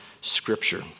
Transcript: Scripture